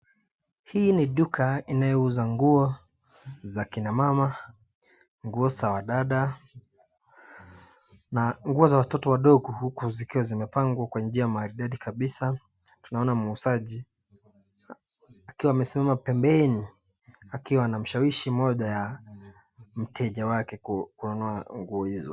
Hii ni duka inayouza nguo za kina mama nguo za wadada na nguo za watoto wadogo huku zikiwa zimepangwa kwa njia maridadi kabisa tunaona muuzaji akiwa amesimama pembeni akiwa anamshawishi mteja mmoja kununua nguo hizo.